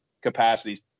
capacities